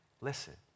Listen